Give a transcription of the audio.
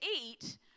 eat